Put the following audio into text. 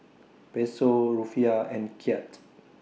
Peso Rufiyaa and Kyat